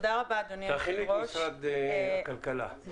תודה, כבוד היושב-ראש, אני